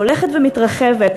שהולכת ומתרחבת,